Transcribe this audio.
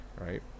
right